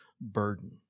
burden